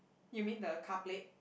you mean the car plate